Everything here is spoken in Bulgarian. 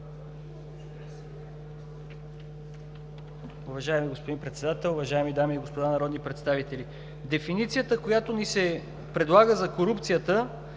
Уважаеми господин Председател, уважаеми дами и господа народни представители! Дефиницията, която ни се предлага за корупцията,